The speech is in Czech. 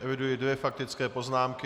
Eviduji dvě faktické poznámky.